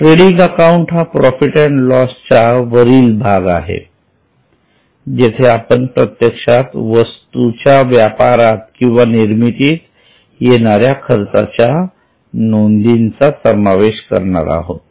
trading account हा profit and loss च्या वरील भाग आहे जेथे आपण प्रत्यक्षात वस्तूच्या व्यापारात किंवा निर्मितीती येणाऱ्या खर्चाच्या नोंदीचा समावेश करणार आहोत